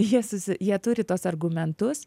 jie susi jie turi tuos argumentus